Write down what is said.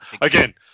Again